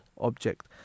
object